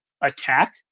attack